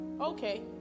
Okay